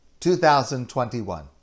2021